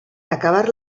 acabar